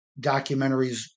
documentaries